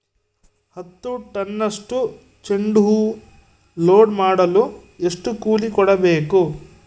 ಹತ್ತು ಟನ್ನಷ್ಟು ಚೆಂಡುಹೂ ಲೋಡ್ ಮಾಡಲು ಎಷ್ಟು ಕೂಲಿ ಕೊಡಬೇಕು?